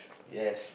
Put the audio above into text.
yes